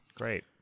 Great